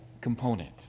component